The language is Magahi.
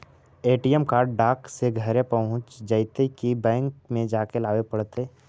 ए.टी.एम कार्ड डाक से घरे पहुँच जईतै कि बैंक में जाके लाबे पड़तै?